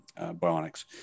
bionics